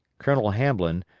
colonel hamblin,